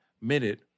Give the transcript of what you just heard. minute